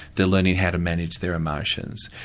they're learning how to manage their emotions,